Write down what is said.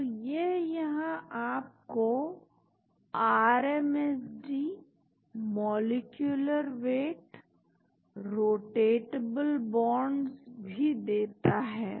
तो यह यहां आपको RMSD molecular weight molecular weight rotatable bonds भी देता है